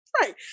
Right